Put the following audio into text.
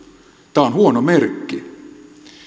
tämä on huono merkki